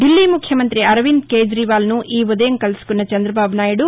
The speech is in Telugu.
ధిల్లీ ముఖ్యమంత్రి అరవింద్ కేభ్రీవాల్ను ఈ ఉదయం కలుసుకున్న చంద్రబాబు నాయుడు